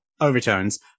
overtones